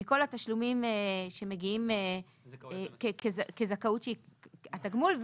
אלא מכל התשלומים שמגיעים כזכאות שהיא התגמול,